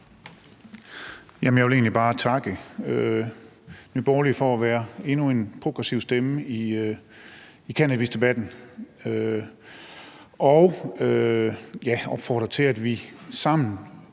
Jeg vil egentlig bare takke Nye Borgerlige for at være endnu en progressiv stemme i cannabisdebatten og opfordre til, at vi sammen,